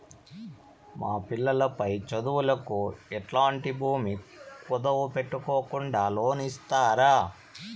మా పిల్లలు పై చదువులకు ఎట్లాంటి భూమి కుదువు పెట్టుకోకుండా లోను ఇస్తారా